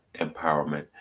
Empowerment